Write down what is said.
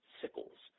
sickles